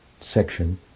Section